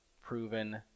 proven